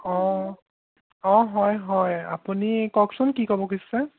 অঁ অঁ হয় হয় আপুনি কওকচোন কি ক'ব খুজিছে